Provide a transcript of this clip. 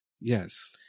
Yes